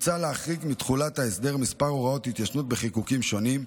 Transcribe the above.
מוצע להחריג מתחולת ההסדר כמה הוראות התיישנות בחיקוקים שונים.